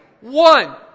One